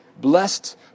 Blessed